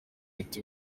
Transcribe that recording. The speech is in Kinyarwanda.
iti